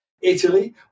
Italy